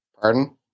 Pardon